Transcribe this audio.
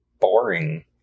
boring